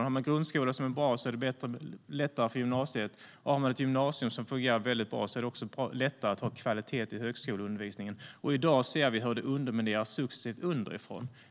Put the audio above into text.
Om man har en grundskola som är bra är det lättare med gymnasiet. Om man har ett gymnasium som fungerar bra är det också lättare att ha kvalitet i högskoleundervisningen. I dag ser vi hur detta undermineras successivt underifrån.